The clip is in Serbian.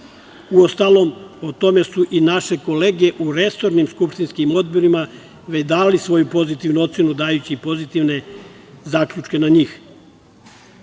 uostalom o tome su i naše kolege u resornim skupštinskim odborima već dali svoj pozitivnu ocenu dajući pozitivne zaključke na